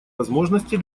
возможности